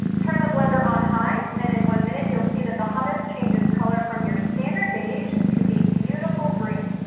turn the blender on high, and, in one minute, you'll see that the hummus changes color from your standard beige to a beautiful green.